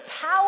power